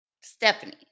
Stephanie